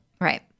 Right